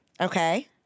Okay